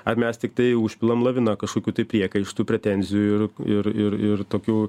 ar mes tiktai užpilam laviną kažkokių priekaištų pretenzijų ir ir tokių